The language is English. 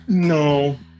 No